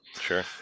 sure